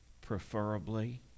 preferably